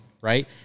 right